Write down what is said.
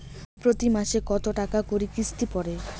প্রতি মাসে কতো টাকা করি কিস্তি পরে?